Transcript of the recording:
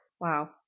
Wow